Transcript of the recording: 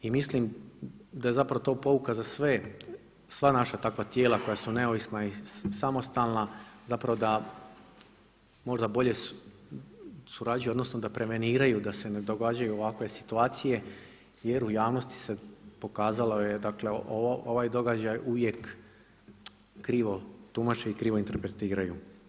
I mislim da je zapravo to pouka za sve, sva naša takva tijela koja su neovisna i samostalna, zapravo da možda bolje surađuju, odnosno da preveniraju da se ne događaju ovakve situacije jer u javnosti se pokazalo, dakle ovaj događaj uvijek krivo tumače i krivo interpretiraju.